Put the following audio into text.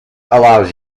allows